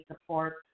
support